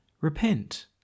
Repent